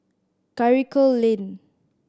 Karikal Lane